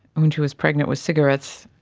when she was pregnant was cigarettes,